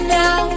now